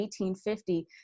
1850